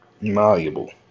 Malleable